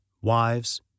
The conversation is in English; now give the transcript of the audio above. wives